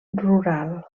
rural